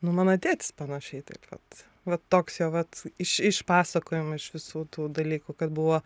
nu mano tėtis panašiai taip vat vat toks jo vat iš iš pasakojimų iš visų tų dalykų kad buvo